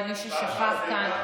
למי ששכח כאן,